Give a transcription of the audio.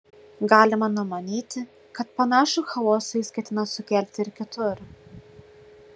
galima numanyti kad panašų chaosą jis ketina sukelti ir kitur